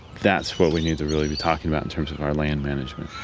that's what we need to really be talking about in terms of our land management.